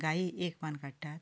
गायेक एक पान काडटात